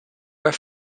were